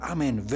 Amen